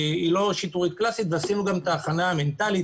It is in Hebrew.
עשינו גם הכנה מנטלית